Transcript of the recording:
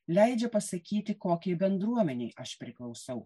leidžia pasakyti kokiai bendruomenei aš priklausau